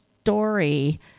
story